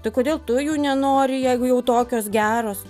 tai kodėl tu jų nenori jeigu jau tokios geros